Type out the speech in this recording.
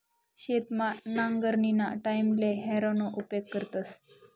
शेतमा नांगरणीना टाईमले हॅरोना उपेग करतस